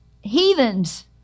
heathens